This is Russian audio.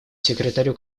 секретарю